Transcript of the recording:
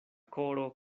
koro